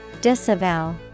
Disavow